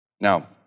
Now